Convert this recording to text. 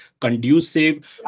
conducive